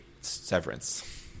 severance